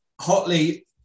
hotly